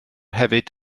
hefyd